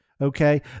okay